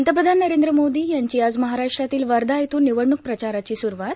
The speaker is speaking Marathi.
पंतप्रधान नरेंद्र मोदी यांची आज महाराष्ट्रातील वर्धा इथ्रन निवडणूक प्रचाराची स्रूवात